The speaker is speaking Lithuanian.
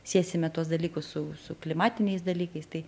siesime tuos dalykus su su klimatiniais dalykais tai